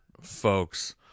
folks